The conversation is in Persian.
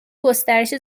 گسترش